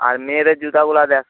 আর মেয়েদের জুতোগুলো দেখ